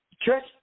Church